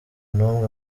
n’umwe